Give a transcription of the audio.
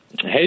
Hey